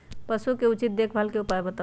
पशु के उचित देखभाल के उपाय बताऊ?